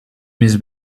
miss